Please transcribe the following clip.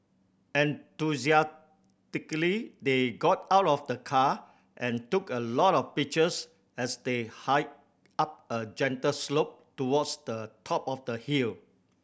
enthusiastically they got out of the car and took a lot of pictures as they hiked up a gentle slope towards the top of the hill